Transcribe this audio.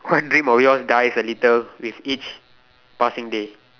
one dream of yours dies a little with each passing day